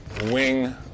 Wing